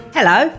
Hello